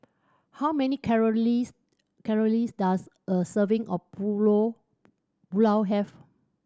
how many calories calories does a serving of Pulao have